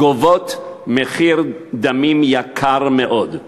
גובות מחיר דמים יקר מאוד.